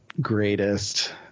greatest